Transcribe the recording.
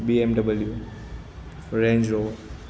BMW Range Rover